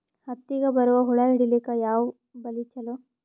ಹತ್ತಿಗ ಬರುವ ಹುಳ ಹಿಡೀಲಿಕ ಯಾವ ಬಲಿ ಚಲೋ?